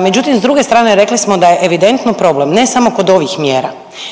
Međutim, s druge strane rekli smo da je evidentno problem ne samo kod ovih mjera,